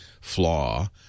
flaw